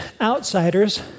outsiders